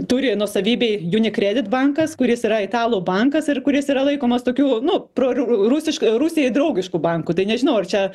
turi nuosavybėj unicredit bankas kuris yra italų bankas ir kuris yra laikomas tokiu nu pro ru rusišk rusijai draugišku banku tai nežinau ar čia